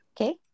okay